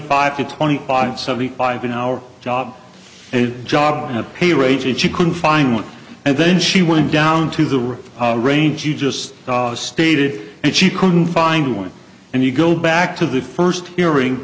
five to twenty five seventy five an hour job a job in a pay raise and she couldn't find one and then she went down to the river range you just stated and she couldn't find one and you go back to the first hearing